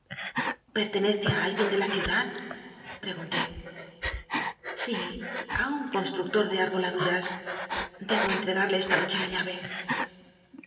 pcr'lcncce i alguien de la ciudad pregunté sí á un constructor de arboladuras debo entrcgade esta noche la llave